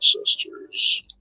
ancestors